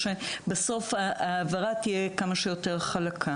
שבסוף ההעברה תהיה כמה שיותר חלקה.